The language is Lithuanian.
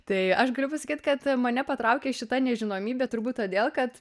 tai aš galiu pasakyt kad mane patraukė šita nežinomybė turbūt todėl kad